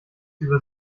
über